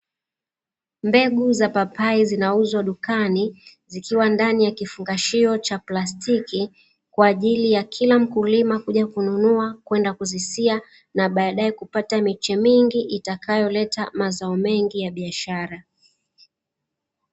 Mbegu za papai zinauzwa dukani zikiwa ndani ya kifungashio cha plastiki , kwa ajili ya kila mkulima kuja kununua na kwenda kuzisia, na badae kupata miche mingi, itakayoleta mazao mengi ya biashara.